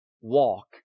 walk